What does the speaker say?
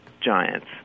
giants